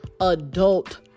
adult